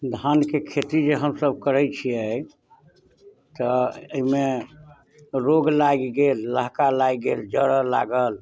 धानके खेती जे हमसब करै छियै तऽ एहिमे रोग लागि गेल लहका लागि गेल जऽरऽ लागल